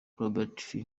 robert